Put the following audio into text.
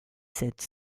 sept